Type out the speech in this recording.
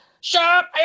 Sharp